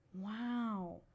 wow